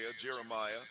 Jeremiah